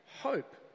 hope